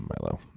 Milo